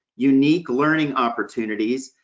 unique learning opportunities,